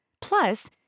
Plus